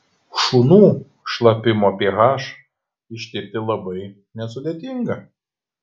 šunų šlapimo ph ištirti labai nesudėtinga